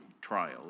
trial